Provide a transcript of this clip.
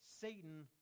Satan